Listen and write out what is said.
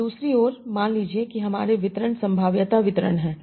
अब दूसरी ओर मान लीजिए कि हमारे वितरण संभाव्यता वितरण हैं